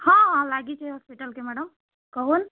ହଁ ହଁ ଲାଗିଛେ ହସ୍ପିଟାଲ୍ କେ ମ୍ୟାଡ଼ମ୍ କହୁନ୍